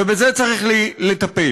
ובזה צריך לטפל.